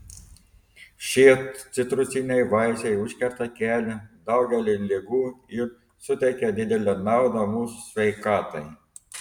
šie citrusiniai vaisiai užkerta kelią daugeliui ligų ir suteikia didelę naudą mūsų sveikatai